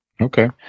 Okay